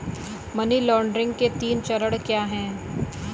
Money laundering के तीन चरण क्या हैं?